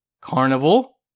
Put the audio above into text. Carnival